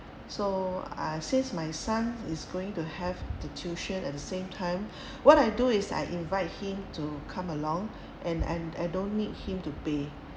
so I ah since my son is going to have the tuition at the same time what I do is I invite him to come along and I I don't need him to pay